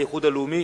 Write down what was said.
לנפגעי פעולות איבה (תיקון מס' 25)